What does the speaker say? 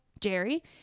Jerry